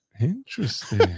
interesting